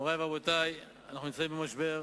מורי ורבותי, אנחנו נמצאים במשבר.